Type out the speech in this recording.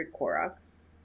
Koroks